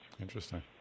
Interesting